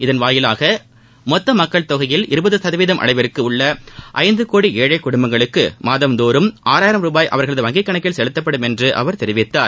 இதன் மூலம் மொத்த மக்கள் தொகையில் இருபது சதவீதம் அளவிற்கு உள்ள ஐந்து கோடி ஏழை குடும்பங்களுக்கு மாதந்தோறும் ஆறாயிரம் ரூபாய் அவர்களது வங்கிக் கணக்கில் செலுத்தப்படும் என்று அவர் தெரிவித்தார்